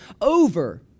over